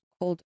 called